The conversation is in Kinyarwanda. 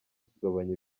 kugabanya